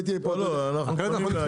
לא, אנחנו קונים מהיום.